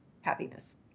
happiness